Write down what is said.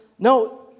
No